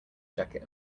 jacket